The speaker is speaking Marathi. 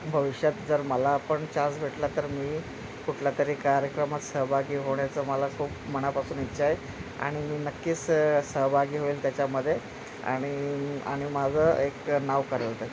भविष्यात जर मलापण चास भेटला तर मी कुठल्या तरी कार्यक्रमात सहभागी होण्याचं मला खूप मनापासून इच्छा आहे आणि मी नक्कीच सहभागी होईल त्याच्यामध्ये आणि आणि माझं एक नाव करेल तर